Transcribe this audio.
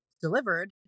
delivered